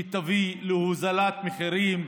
שתביא להורדת מחירים.